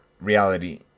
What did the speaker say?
reality